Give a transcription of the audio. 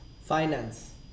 finance